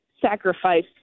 sacrifice